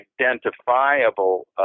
identifiable